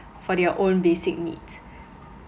for their own basic needs